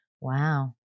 Wow